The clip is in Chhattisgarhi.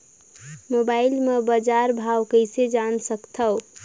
मोबाइल म बजार भाव कइसे जान सकथव?